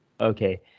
Okay